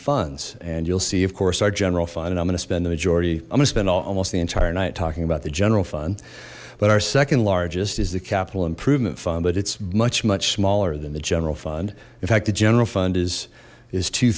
funds and you'll see of course our general fund and i'm gonna spend the majority i'm gonna spend almost the entire night talking about the general fund but our second largest is the capital improvement fund but it's much much smaller than the general fund in fact the general fund is is